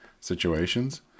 situations